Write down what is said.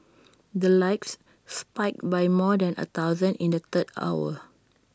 the likes spiked by more than A thousand in the third hour